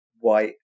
white